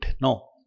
No